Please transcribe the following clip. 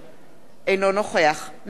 אינו נוכח נחמן שי,